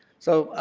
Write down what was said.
so,